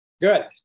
Good